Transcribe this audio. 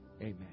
Amen